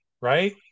right